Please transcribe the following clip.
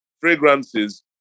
fragrances